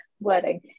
wording